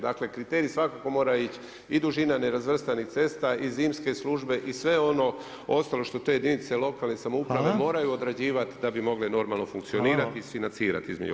Dakle kriterij svakako mora ići i dužina nerazvrstanih cesta i zimske službe i sve ono ostalo što to jedinica lokalne samouprave moraju odrađivati da bi mogle normalno funkcionirati i isfinancirati između ostalog.